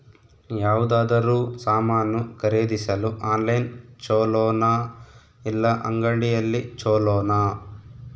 ಯಾವುದಾದರೂ ಸಾಮಾನು ಖರೇದಿಸಲು ಆನ್ಲೈನ್ ಛೊಲೊನಾ ಇಲ್ಲ ಅಂಗಡಿಯಲ್ಲಿ ಛೊಲೊನಾ?